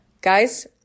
Guys